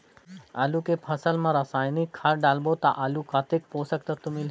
आलू के फसल मा रसायनिक खाद डालबो ता आलू कतेक पोषक तत्व मिलही?